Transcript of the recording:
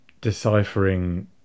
deciphering